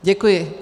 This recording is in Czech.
Děkuji.